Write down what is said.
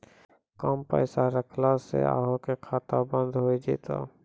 कम पैसा रखला से अहाँ के खाता बंद हो जैतै?